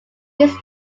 use